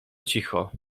cicho